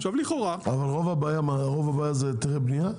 רוב הבעיה זה היתרי הבנייה?